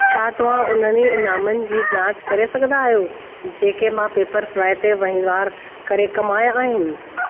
छा तवां उन्हनि इनामनि जी जांच करे सघंदा आहियो जेके मां पेपरफ्राए ते वहिंवार करे कमाया आहिनि